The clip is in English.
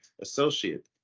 Associate